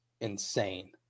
insane